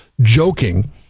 joking